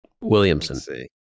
Williamson